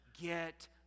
get